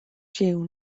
jiw